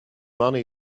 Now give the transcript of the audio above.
money